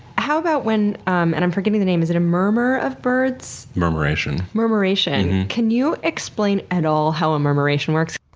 how about when, um and i'm forgetting the name, is it a murmur of birds? murmuration. murmuration. can you explain, at all, how a murmuration works?